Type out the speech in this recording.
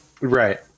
Right